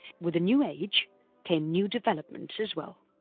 with the new age came new developments as well.